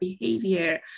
behavior